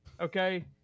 Okay